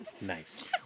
Nice